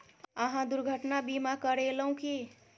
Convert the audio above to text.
अहाँ दुर्घटना बीमा करेलौं की?